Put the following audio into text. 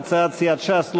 מטעם סיעת ש"ס.